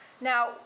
Now